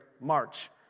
March